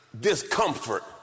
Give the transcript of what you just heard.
discomfort